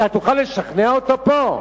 אתה תוכל לשכנע אותו פה?